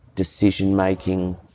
decision-making